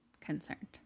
concerned